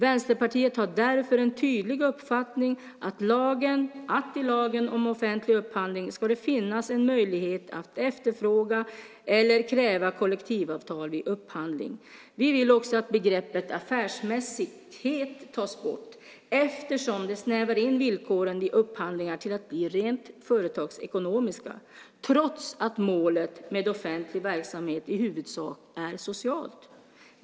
Vänsterpartiet har därför en tydlig uppfattning att i lagen om offentlig upphandling ska det finnas en möjlighet att efterfråga eller kräva kollektivavtal vid upphandling. Vi vill också att begreppet affärsmässighet tas bort, eftersom det snävar in villkoren vid upphandlingar till att bli rent företagsekonomiska, trots att målet med offentlig verksamhet i huvudsak är socialt.